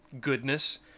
goodness